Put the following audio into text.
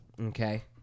okay